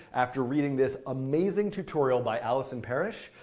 after reading this amazing tutorial by allison parrish.